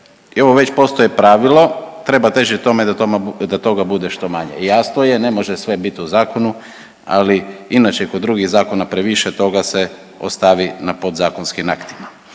i ovo već postaje pravilo treba težiti tome da toga bude što manje. Jasno je ne može sve biti u zakonu, ali inače kod drugih zakona previše toga se ostavi na podzakonskim aktima.